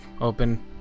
open